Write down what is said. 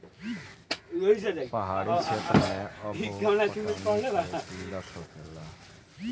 पहाड़ी क्षेत्र मे अब्बो पटौनी के किल्लत होखेला